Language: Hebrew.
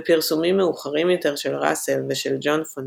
בפרסומים מאוחרים יותר של ראסל ושל ג'ון פון